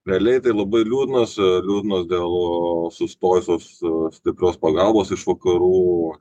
realiai tai labai liūdnos e liūdnos dėl sustojusios su stiprios pagalbos iš vakarų